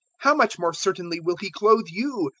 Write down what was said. how much more certainly will he clothe you,